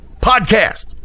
podcast